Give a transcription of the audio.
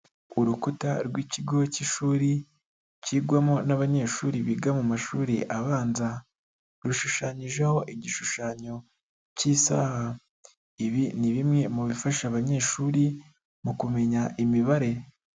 Urukuta rw'ikigo cy'ishuri, cyigwamo n'abanyeshuri biga mu mashuri abanza, rushushanyijeho igishushanyo cy'isaha. Ibi ni bimwe mu bifasha abanyeshuri mu kumenya imibare.